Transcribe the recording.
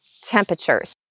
temperatures